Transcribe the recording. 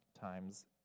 times